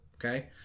Okay